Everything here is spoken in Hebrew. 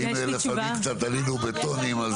ואם לפעמים קצת עלינו בטונים.